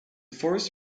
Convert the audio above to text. forest